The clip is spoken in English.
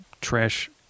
trash